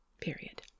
Period